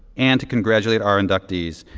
and to congratulate our inductees.